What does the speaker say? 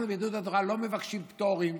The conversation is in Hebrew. אנחנו ביהדות התורה לא מבקשים פטורים,